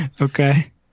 Okay